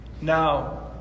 now